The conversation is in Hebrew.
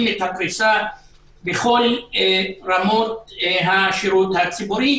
את הפריסה בכל רמות השירות הציבורי,